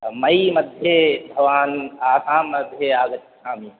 मै मध्ये भवान् आसां मध्ये आगच्छामि